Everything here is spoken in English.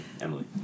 Emily